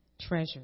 treasure